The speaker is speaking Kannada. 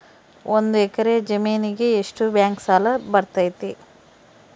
ಒಂದು ಎಕರೆ ಜಮೇನಿಗೆ ಎಷ್ಟು ಬ್ಯಾಂಕ್ ಸಾಲ ಬರ್ತೈತೆ?